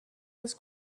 was